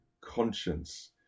conscience